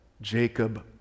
Jacob